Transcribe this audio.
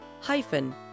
hyphen